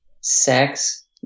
sex